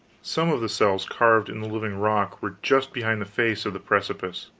some of the cells carved in the living rock were just behind the face of the precipice,